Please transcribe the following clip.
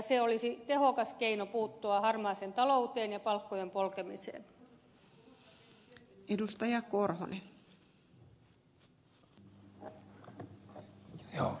se olisi tehokas keino puuttua harmaaseen talouteen ja palkkojen polkemiseen